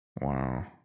wow